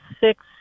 six